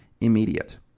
immediate